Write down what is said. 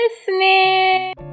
listening